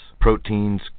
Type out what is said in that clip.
proteins